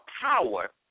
power